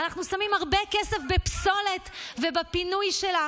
ואנחנו שמים הרבה כסף בפסולת ובפינוי שלה